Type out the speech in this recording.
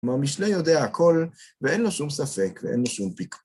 כלומר, מי שלא יודע הכל, ואין לו שום ספק, ואין לו שום פיקפוק.